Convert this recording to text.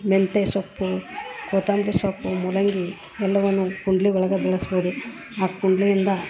ಮೆಂತೆ ಸೊಪ್ಪು ಕೊತ್ತಂಬರಿ ಸೊಪ್ಪು ಮುಲಂಗಿ ಎಲ್ಲವನ್ನು ಕುಂಡ್ಲಿ ಒಳಗೆ ಬೆಳಸ್ಬೋದು ಆ ಕುಂಡ್ಲಿಯಿಂದ